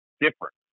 different